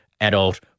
adult